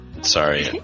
sorry